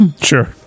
Sure